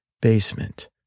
basement